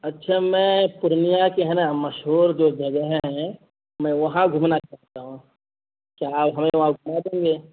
اچھا میں پورنیہ کے ہے نا مشہور جو جگہیں ہیں میں وہاں گھومنا چاہتا ہوں کیا آپ ہمیں وہاں گھما دیں گے